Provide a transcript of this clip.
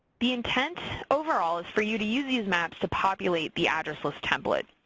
the intent overall is for you to use these maps to populate the address list template.